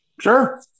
sure